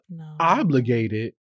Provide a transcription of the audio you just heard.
obligated